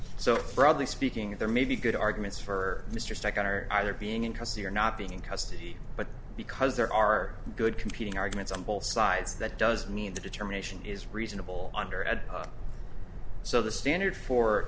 so broadly speaking there may be good arguments for mr second or either being in custody or not being in custody but because there are good competing arguments on both sides that does mean the determination is reasonable under and so the standard for